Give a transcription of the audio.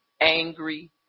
angry